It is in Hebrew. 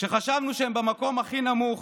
כשחשבנו שהם במקום הכי נמוך,